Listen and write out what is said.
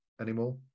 anymore